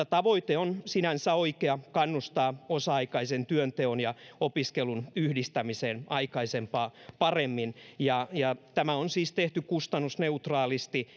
tavoite sinänsä on oikea kannustaa osa aikaisen työnteon ja opiskelun yhdistämiseen aikaisempaa paremmin mutta tämä on siis tehty kustannusneutraalisti